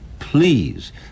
Please